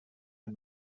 ein